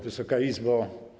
Wysoka Izbo!